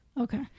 Okay